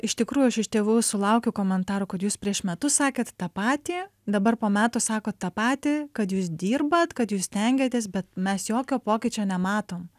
iš tikrųjų aš iš tėvų sulaukiu komentarų kad jūs prieš metus sakėt tą patį dabar po metų sakot tą patį kad jūs dirbat kad jūs stengiatės bet mes jokio pokyčio nematom